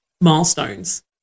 milestones